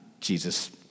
Jesus